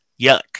Yuck